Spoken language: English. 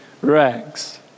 rags